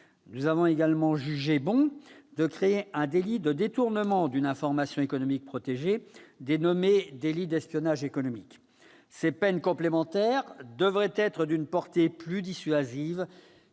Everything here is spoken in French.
Nous avons également jugé bon de créer un délit de détournement d'une information économique protégée, dénommé délit d'espionnage économique. Ces peines complémentaires devraient être d'une portée plus dissuasive